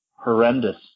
horrendous